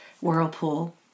whirlpool